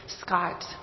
Scott